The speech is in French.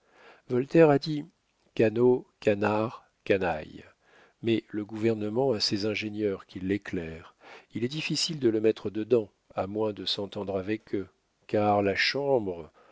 voltaire a dit canaux canards canaille mais le gouvernement a ses ingénieurs qui l'éclairent il est difficile de le mettre dedans à moins de s'entendre avec eux car la chambre